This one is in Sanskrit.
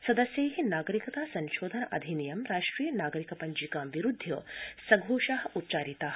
सदस्यै नागरिकता संशोधन अधिनियम राष्ट्रिय नागरिक पंजिकां विरूद्धय सघोषा उच्चारिता